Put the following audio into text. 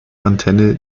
antenne